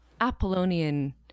Apollonian